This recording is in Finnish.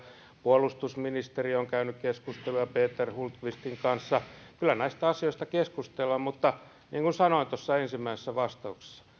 puolustusministeri on käynyt keskusteluja peter hultqvistin kanssa kyllä näistä asioista keskustellaan mutta niin kuin sanoin tuossa ensimmäisessä vastauksessa